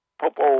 popo